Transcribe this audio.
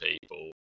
people